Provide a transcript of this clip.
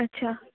अच्छा